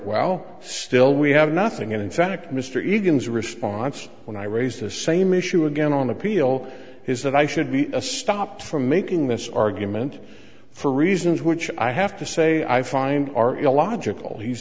well still we have nothing and in fact mr egan's response when i raised the same issue again on appeal is that i should be a stop for making this argument for reasons which i have to say i find are illogical he's